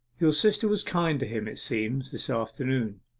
your sister was kind to him, it seems, this afternoon.